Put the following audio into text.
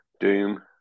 Doom